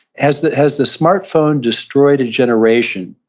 has the has the smart phone destroyed a generation,